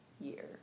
year